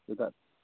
ᱪᱮᱫᱟᱜ